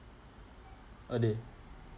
a day